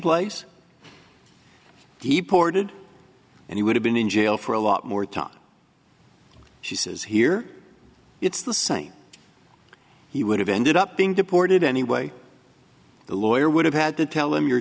place he ported and he would have been in jail for a lot more time she says here it's the same he would have ended up being deported anyway the lawyer would have had to tell him your